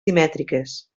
simètriques